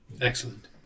Excellent